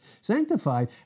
Sanctified